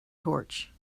torch